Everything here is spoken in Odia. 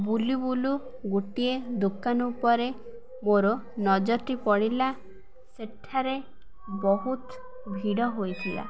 ବୁଲିୁ ବୁଲୁ ଗୋଟିଏ ଦୋକାନ ପରେ ମୋର ନଜର ଟି ପଡ଼ିଲା ସେଠାରେ ବହୁତ ଭିଡ଼ ହୋଇଥିଲା